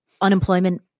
Unemployment